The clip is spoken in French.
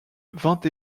vingt